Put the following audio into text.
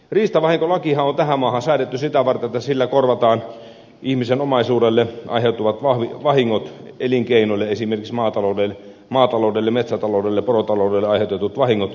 riistavahinkolakihan on tähän maahan säädetty sitä varten että sillä korvataan ihmisen omaisuudelle tai elinkeinoille aiheutuvat vahingot esimerkiksi maataloudelle metsätaloudelle porotaloudelle aiheutuneet vahingot